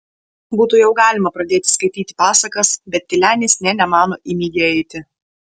būtų jau galima pradėti skaityti pasakas bet tylenis nė nemano į migį eiti